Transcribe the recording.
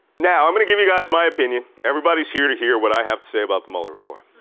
now i'm gonna give you guys my opinion. everybody's here to hear what i have to say about the mueller report.